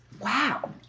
Wow